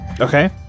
Okay